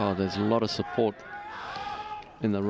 now there's a lot of support in the